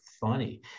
funny